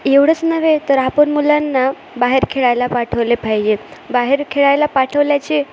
एवढंच नव्हे तर आपण मुलांना बाहेर खेळायला पाठवले पाहिजे बाहेर खेळायला पाठवल्याचे